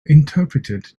interpreted